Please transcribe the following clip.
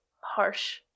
harsh